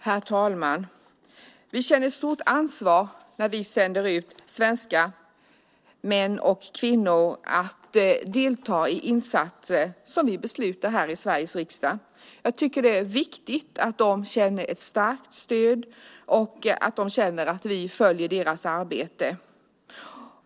Herr talman! Vi känner stort ansvar när vi sänder ut svenska män och kvinnor för att delta i insatser som vi beslutar om här i Sveriges riksdag. Jag tycker att det är viktigt att de känner ett starkt stöd och att de känner att vi följer deras arbete.